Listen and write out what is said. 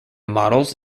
models